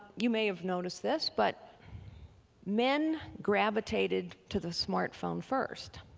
you may have noticed this but men gravitated to the smart phone first